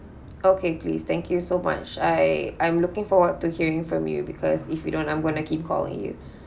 okay please thank you so much I I'm looking forward to hear it from you because if you don't I'm going to keep calling you